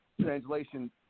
translation